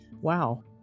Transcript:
wow